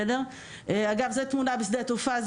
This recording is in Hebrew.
זו תמונה משדה התעופה,